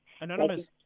Anonymous